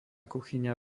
kuchyňa